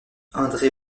andré